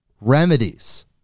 remedies